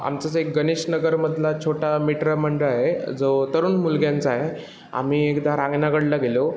आमचं जे गणेश नगरमधला छोटा मित्रमंडळ आहे जो तरुण मुलग्यांचा आहे आम्ही एकदा रांगनागडला गेलो